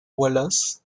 wallace